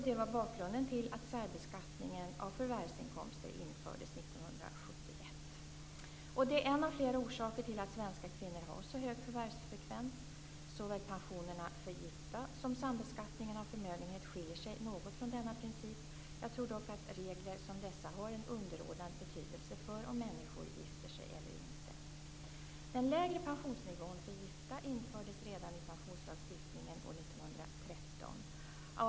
Det var bakgrunden till att särbeskattningen av förvärvsinkomster infördes 1971. Det är en av flera orsaker till att svenska kvinnor har så hög förvärvsfrekvens. Såväl pensionerna för gifta som sambeskattningen av förmögenhet skiljer sig något från denna princip. Jag tror dock att regler som dessa har en underordnad betydelse för om människor gifter sig eller inte. Den lägre pensionsnivån för gifta infördes redan i pensionslagstiftningen år 1913.